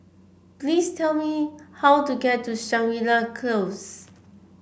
please tell me how to get to Shangri La Close